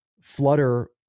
Flutter